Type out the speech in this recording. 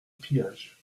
pillage